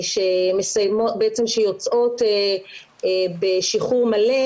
שיוצאות בשחרור מלא,